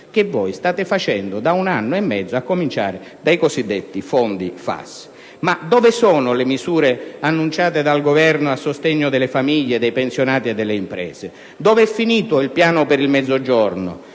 che voi state facendo da un anno e mezzo, a cominciare dai cosiddetti fondi FAS. Dove sono le misure annunciate dal Governo a sostegno di famiglie, pensionati e imprese? Dove è finito il piano per il Mezzogiorno,